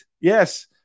yes